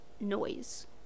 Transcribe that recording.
noise